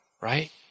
right